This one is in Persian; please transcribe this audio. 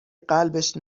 قلبش